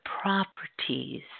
properties